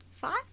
five